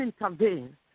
intervene